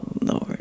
Lord